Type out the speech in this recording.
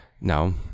No